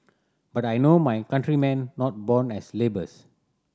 but I know my countrymen not born as labours